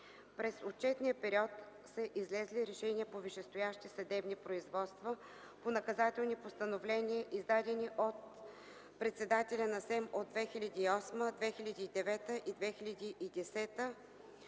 През отчетения период са излезли решения по висящи съдебни производства по наказателни постановления, издадени от председателя на СЕМ от 2008 г., 2009 г. и 2010 г.,